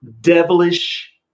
devilish